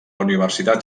universitat